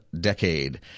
decade